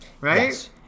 Right